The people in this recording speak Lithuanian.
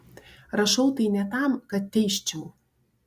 rašau tai ne tam kad teisčiau